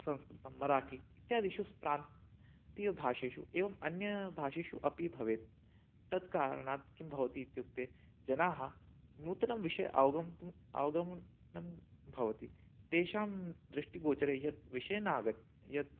संस्कृतं मराठी इत्यादिषु प्रान्तीयभाषासु एवम् अन्यभाषासु अपि भवेत् तत् कारणात् किं भवति इत्युक्ते जनाः नूतनविषये अवगन्तुं अवगमननं न भवति तेषां दृष्टिगोचरे यत् विषये न आगच्छति यत्